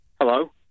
Hello